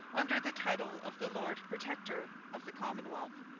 under the title of the lord protector of the commonwealth.